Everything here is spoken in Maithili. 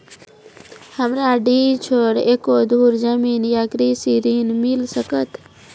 हमरा डीह छोर एको धुर जमीन न या कृषि ऋण मिल सकत?